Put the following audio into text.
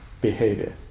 behavior